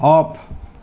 off